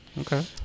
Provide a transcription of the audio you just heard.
Okay